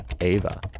Ava